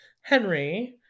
Henry